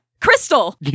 crystal